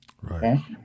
Right